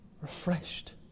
refreshed